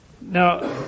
now